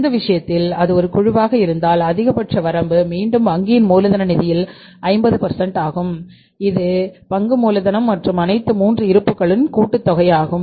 அந்த விஷயத்தில் அது ஒரு குழுவாக இருந்தால் அதிகபட்ச வரம்பு மீண்டும் வங்கியின் மூலதன நிதியில் 50 ஆகும் இது பங்கு மூலதனம் மற்றும் அனைத்து 3 இருப்புக்களும் கூட்டுத் தொகை ஆகும்